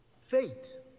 faith